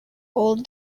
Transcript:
old